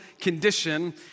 condition